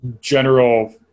general